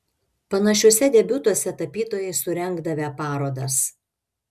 panašiuose debiutuose tapytojai surengdavę parodas